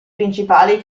principali